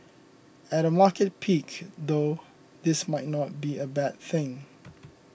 at a market peak though this might not be a bad thing